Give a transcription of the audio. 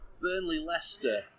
Burnley-Leicester